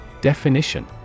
Definition